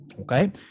Okay